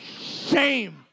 Shame